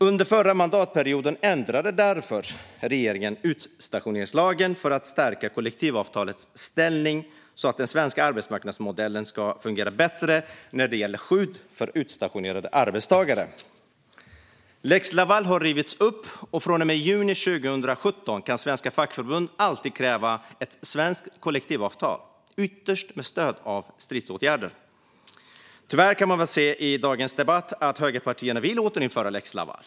Under den förra mandatperioden ändrade därför regeringen utstationeringslagen för att stärka kollektivavtalets ställning så att den svenska arbetsmarknadsmodellen ska fungera bättre när det gäller skydd för utstationerade arbetstagare. Lex Laval har rivits upp, och från och med juni 2017 kan svenska fackförbund alltid kräva ett svenskt kollektivavtal, ytterst med stöd av stridsåtgärder. Tyvärr kan man väl i dagens debatt se att högerpartierna vill återinföra lex Laval.